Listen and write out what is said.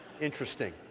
Interesting